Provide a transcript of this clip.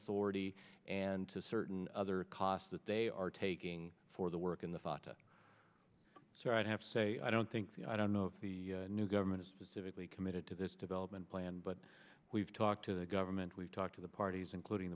authority and to certain other costs that they are taking for the work in the fatah so i'd have to say i don't think the i don't know the new government specifically committed to this development plan but we've talked to the government we've talked to the parties including